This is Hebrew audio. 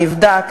נבדק,